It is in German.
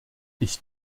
ich